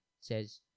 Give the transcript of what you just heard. says